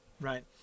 Right